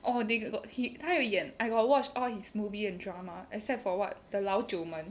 or they got he 爱演 I got watch all his movie and drama except for what the 老九门